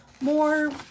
more